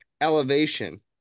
Elevation